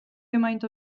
gymaint